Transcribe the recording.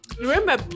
remember